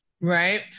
right